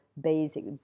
basic